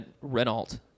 Renault